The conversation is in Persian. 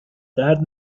درد